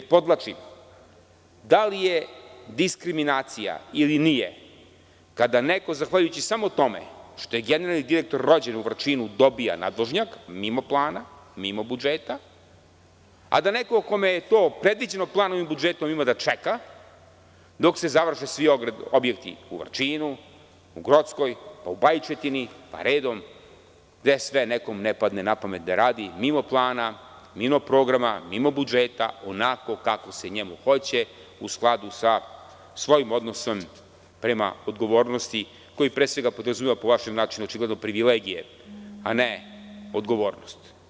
Podvlačim, da li je diskriminacija ili nije kada neko zahvaljujući samo tome što je generalni direktor rođen u Vrčinu dobio nadvožnjak mimo plana, mimo budžeta, a da neko kome je to predviđeno planom i budžetom ima da čeka dok se završe svi objekti u Vrčinu, u Grockoj, u Bajčetini, pa redom gde sve nekome ne padne na pamet da radi mimo plana, mimo programa, mimo budžeta onako kako se njemu hoće u skladu sa svojim odnosnom prema odgovornosti, koja pre svega podrazumeva po vašem načinu očigledno privilegije, a ne odgovornost.